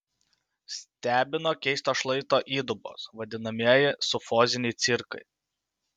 stebino keistos šlaito įdubos vadinamieji sufoziniai cirkai